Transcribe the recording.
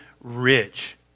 rich